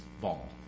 ball